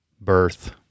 birth